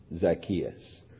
Zacchaeus